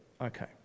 Okay